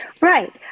Right